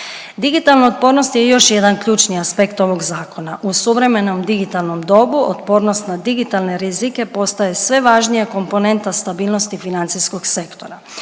Digitalna otpornost je još jedan ključni aspekt ovog zakona. U suvremenom digitalnom dobu, otpornost na digitalne rizike postaje sve važnija komponenta stabilnosti financijskog sektora.